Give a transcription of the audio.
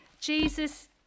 jesus